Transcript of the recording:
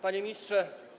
Panie Ministrze!